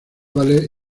ballets